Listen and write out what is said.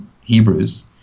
hebrews